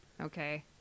Okay